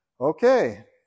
okay